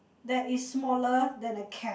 that is smaller than a cat